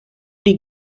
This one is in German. die